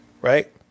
Right